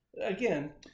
Again